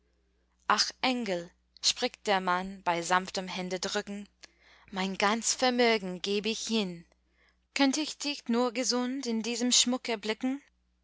ach engel spricht der mann bei sanftem händedrücken mein ganz vermögen gäb ich hin könnt ich dich nur gesund in diesem schmuck erblicken